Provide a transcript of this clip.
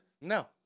No